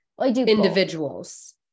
individuals